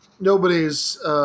Nobody's